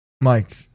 Mike